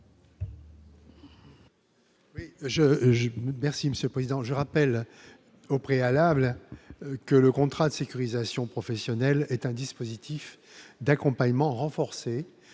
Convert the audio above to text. merci Monsieur Président je rappelle au préalable que le contrat de sécurisation professionnelle est un dispositif d'accompagnement renforcé